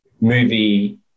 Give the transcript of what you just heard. movie